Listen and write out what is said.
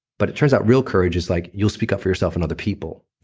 but it turns out real courage is like you'll speak up for yourself and other people.